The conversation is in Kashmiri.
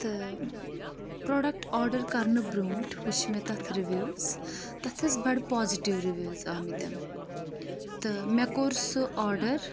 تہٕ پرٛوڈَکٹہٕ آرڈَر کَرنہٕ برٛونٛٹھ وُچھ مےٚ تَتھ رِوِوٕز تَتھ ٲسۍ بَڑٕ پوازِٹِو رِوِوٕز آمِتۍ تہٕ مےٚ کوٚر سُہ آرڈَر